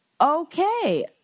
Okay